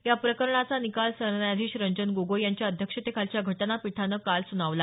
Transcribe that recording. या प्रकरणाचा निकाल सरन्यायाधीश रंजन गोगाई यांच्या अध्यक्षतेखालच्या घटनपीठानं काल सुनावला